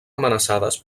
amenaçades